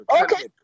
Okay